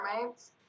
roommates